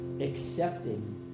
accepting